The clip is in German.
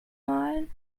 malen